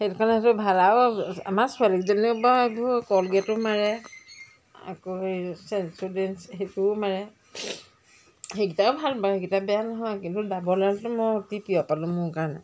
সেইটো কাৰণে সেইটো ভাল আৰু আমাৰ ছোৱালীকেইজনী বাৰু এইবোৰ কলগেটো মাৰে আকৌ হেৰি চেনচোদেন্স সেইবোৰো মাৰে সেইকেইটাও ভাল বাৰু সেইকেইটা বেয়া নহয় কিন্তু ডাৱৰলালটো মই অতি প্ৰিয় পালোঁ মোৰ কাৰণে